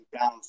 down